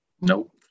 Nope